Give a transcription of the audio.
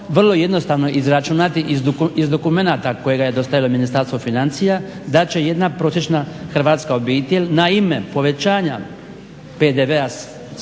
vrlo jednostavno izračunati iz dokumenata kojega je dostavilo ministarstvo financija da će jedna prosječna hrvatska obitelj na ime povećanja PDV-a